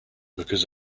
because